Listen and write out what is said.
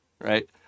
right